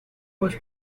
was